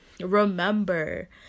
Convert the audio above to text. remember